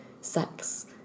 sex